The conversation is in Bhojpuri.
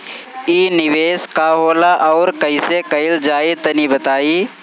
इ निवेस का होला अउर कइसे कइल जाई तनि बताईं?